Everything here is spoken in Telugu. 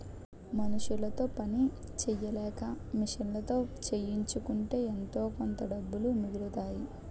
మనుసులతో పని సెయ్యలేక మిషన్లతో చేయించుకుంటే ఎంతోకొంత డబ్బులు మిగులుతాయి